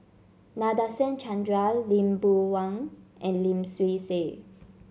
Nadasen Chandra Lee Boon Wang and Lim Swee Say